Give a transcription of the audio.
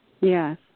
Yes